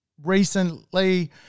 recently